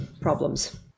problems